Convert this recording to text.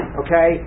okay